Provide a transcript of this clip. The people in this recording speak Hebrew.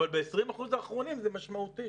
אבל ב-20 האחוזים האחרונים זה משמעותי.